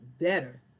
better